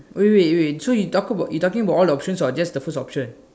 wait wait wait wait you talk about you talking about all the option or just the first option